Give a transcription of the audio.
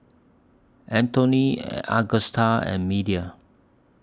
Anthoney Augusta and Media